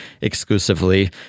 exclusively